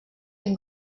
you